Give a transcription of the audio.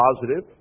positive